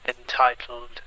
entitled